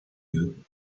you